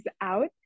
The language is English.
out